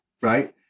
Right